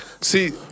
See